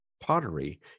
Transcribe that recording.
pottery